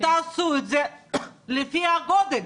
תעשו את זה לפי הגודל,